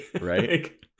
Right